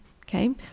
okay